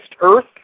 Earth